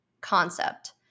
concept